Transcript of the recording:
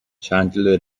چندلر